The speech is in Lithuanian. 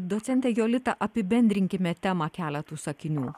docente jolita apibendrinkime temą keletu sakinių